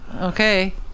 Okay